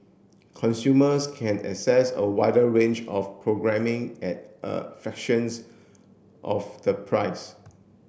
consumers can access a wider range of programming at a fractions of the price